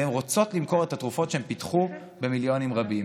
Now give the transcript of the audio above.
והן רוצות למכור את התרופות שהן פיתחו במיליונים רבים.